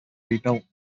rebuilt